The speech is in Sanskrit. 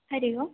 हरिः ओम्